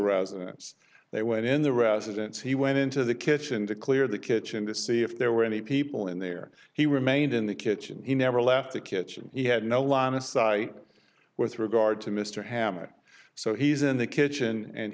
residence they went in the residence he went into the kitchen to clear the kitchen to see if there were any people in there he remained in the kitchen he never left the kitchen he had no line of sight with regard to mr hammett so he's in the kitchen and